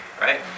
right